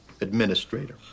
administrator